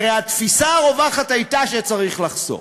הרי התפיסה הרווחת הייתה שצריך לחסוך.